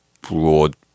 broad